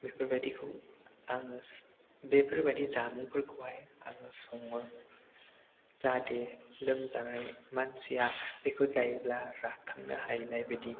बेफोरबायदिखौ आङो बेफोरबादि जामुंफोरखौहाय आङो सङो जाहाथे लोमजानाय मानसिया बेखौ जायोब्ला राखांनो हानाय बायदि